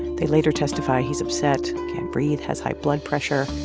they later testify he's upset, can't breathe, has high blood pressure.